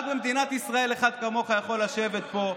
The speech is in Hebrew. רק במדינת ישראל אחד כמוך יכול לשבת פה.